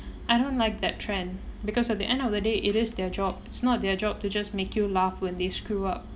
I don't like that trend because at the end of the day it is their job it's not their job to just make you laugh when they screw up